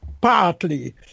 partly